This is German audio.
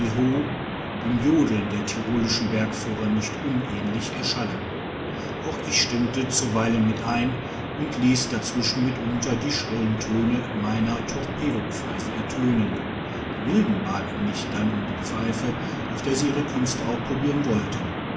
dem jodeln der ty roiischen bergführer nicht unähnlich erschallen auch ich stimmte zuweilen mit ein und hess dazwischen mitunter die schrillet töne meiner torpedopfeife ertönen die wilden baten mich dann um die pfeife auf der sie ihre künste auch probieren wollten